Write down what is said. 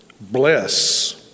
bless